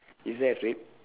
is there red